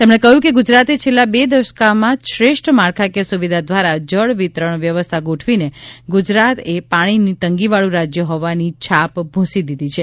તેમણે કહ્યું કે ગુજરાતે છેલ્લાં બે દશકામાં શ્રેષ્ઠ માળખાકીય સુવિધા દ્વારા જળ વિતરણ વ્યવસ્થા ગોઠવીને ગુજરાત એ પાણીની તંગીવાળુ રાજ્ય હોવાની છાપ ભૂંસી દીધી છે